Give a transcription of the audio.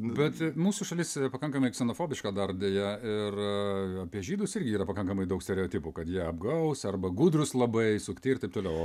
bet mūsų šalis pakankamai ksenofobiška dar deja ir apie žydus irgi yra pakankamai daug stereotipų kad jie apgaus arba gudrūs labai sukti ir taip toliau